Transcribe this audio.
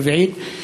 רביעית.